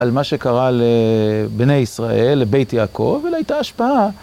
על מה שקרה לבני ישראל, לבית יעקב, ול... הייתה השפעה.